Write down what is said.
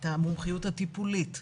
את המומחיות הטיפולית.